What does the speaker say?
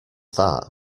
that